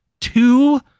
two